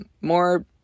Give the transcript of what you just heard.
More